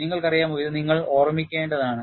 നിങ്ങൾക്കറിയാമോ ഇത് നിങ്ങൾ ഓർമ്മിക്കേണ്ടതാണ്